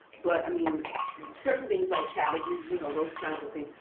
but i mean certain things like cabbages, you know, those kinds of things,